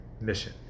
mission